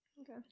Okay